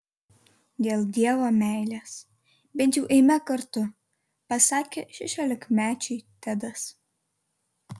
dėl dievo meilės bent jau eime kartu pasakė šešiolikmečiui tedas